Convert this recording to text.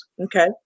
Okay